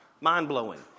mind-blowing